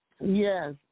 Yes